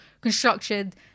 constructed